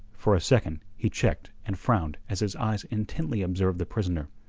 for a second he checked and frowned as his eyes intently observed the prisoner.